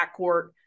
backcourt